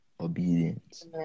obedience